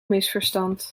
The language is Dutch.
misverstand